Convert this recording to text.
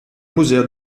museo